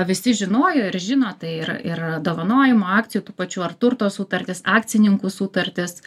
visi žinojo ir žino tai ir ir dovanojimo akcijų tų pačių ar turto sutartys akcininkų sutartys